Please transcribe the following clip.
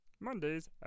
Mondays